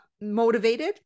motivated